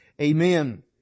Amen